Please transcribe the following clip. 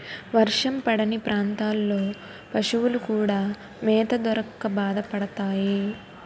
వర్షం పడని ప్రాంతాల్లో పశువులు కూడా మేత దొరక్క బాధపడతాయి